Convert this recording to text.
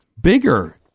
bigger